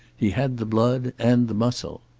he had the blood and the muscle.